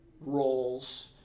roles